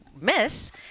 miss